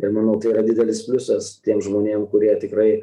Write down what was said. ir manau tai yra didelis pliusas tiem žmonėm kurie tikrai